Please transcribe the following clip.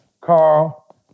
Carl